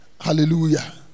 Hallelujah